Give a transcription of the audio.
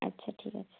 আচ্ছা ঠিক আছে